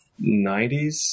90s